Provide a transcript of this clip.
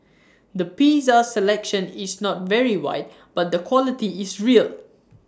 the pizza selection is not very wide but the quality is real